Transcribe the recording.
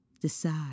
decide